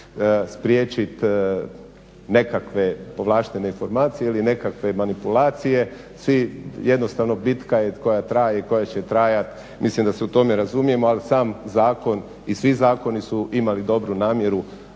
spriječit nekakve povlaštene informacije ili nekakve manipulacije. Jednostavno bitka je koja traje i koja će trajat, mislim da se u tome razumijemo ali sam zakon i svi zakoni su imali dobru namjeru